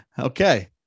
Okay